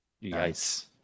Nice